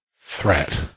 threat